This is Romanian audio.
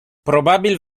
probabil